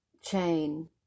chain